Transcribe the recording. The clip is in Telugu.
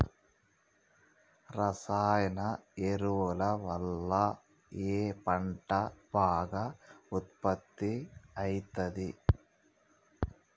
రసాయన ఎరువుల వల్ల ఏ పంట బాగా ఉత్పత్తి అయితది?